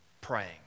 praying